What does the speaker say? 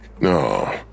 No